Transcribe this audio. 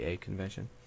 convention